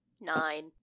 Nine